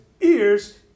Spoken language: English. ears